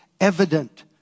evident